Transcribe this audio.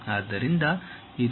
ಆದ್ದರಿಂದ ಇದು ಹೋಗುತ್ತದೆ